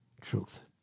Truth